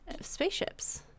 spaceships